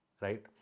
right